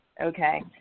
okay